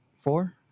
Four